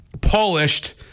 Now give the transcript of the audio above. polished